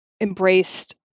embraced